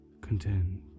content